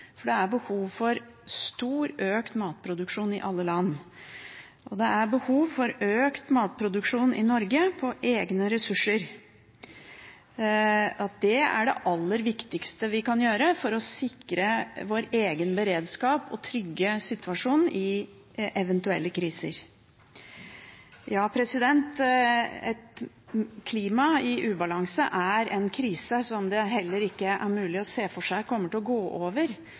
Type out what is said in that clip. Det er behov for økt matproduksjon i alle land. Og det andre er behovet for økt matproduksjon i Norge på egne ressurser. Det er det aller viktigste vi kan gjøre for å sikre vår egen beredskap og trygge situasjonen i eventuelle kriser. Et klima i ubalanse er en krise som det heller ikke er mulig å se for seg kommer til å gå over.